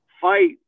fight